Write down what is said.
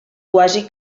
quasi